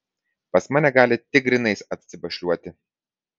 pas mane gali tik grynais atsibašliuoti